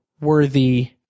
worthy